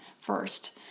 first